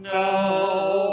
now